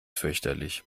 fürchterlich